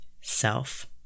self